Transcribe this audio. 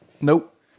Nope